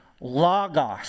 logos